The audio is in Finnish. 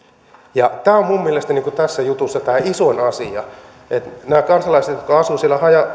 ja tämä on minun mielestäni tässä jutussa tämä isoin asia että näitä kansalaisia jotka asuvat siellä haja